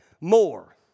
more